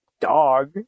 dog